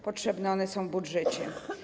Potrzebne one są w budżecie.